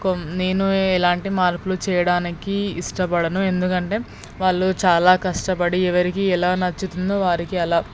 comb నేను ఎలాంటి మార్పులు చేయడానికి ఇష్టపడను ఎందుకంటే వాళ్ళు చాలా కష్టపడి ఎవరికి ఎలా నచ్చుతుందో వారికి అలా